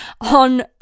on